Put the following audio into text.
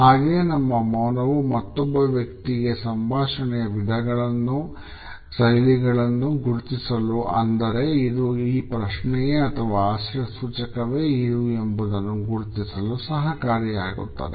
ಹಾಗೆಯೇ ನಮ್ಮ ಮೌನವು ಮತ್ತೊಬ್ಬ ವ್ಯಕ್ತಿಗೆ ಸಂಭಾಷಣೆಯ ವಿಧಗಳು ಶೈಲಿಗಳನ್ನು ಗುರುತಿಸಲು ಅಂದರೆ ಇದು ಪ್ರಶ್ನೆಯೇ ಅಥವಾ ಆಶ್ಚರ್ಯ ಸೂಚಕವೇ ಎಂಬುದನ್ನು ಗುರುತಿಸಲು ಸಹಕರಿಸುತ್ತದೆ